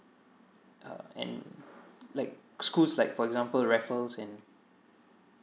uh and like schools like for example raffles and